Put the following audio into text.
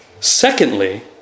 Secondly